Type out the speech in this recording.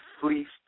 fleeced